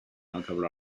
notable